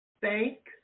Thank